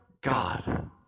God